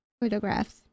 photographs